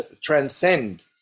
transcend